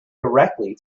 directly